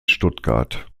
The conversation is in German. stuttgart